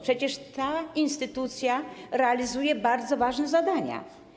Przecież ta instytucja realizuje bardzo ważne zadania.